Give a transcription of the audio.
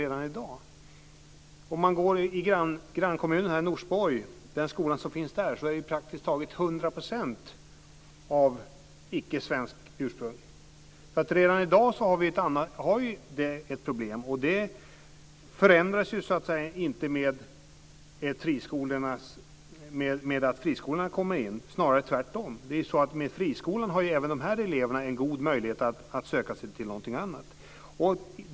I skolan i grannkommunen Norsborg är praktiskt taget 100 % av eleverna av icke-svenskt ursprung, så redan i dag har vi ett problem. Det förändras inte med att friskolorna kommer in, snarare tvärtom. Med friskolan har även de här eleverna goda möjligheter att söka sig till någonting annat.